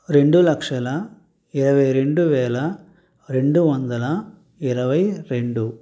రెండులక్షల ఇరవైరెండువేల రెండువందల ఇరవైరెండు